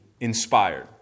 inspired